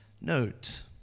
note